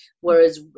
whereas